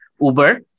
Uber